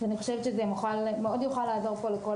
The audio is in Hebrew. אני חושבת שזה מאוד יוכל לעזור פה לכל